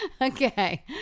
Okay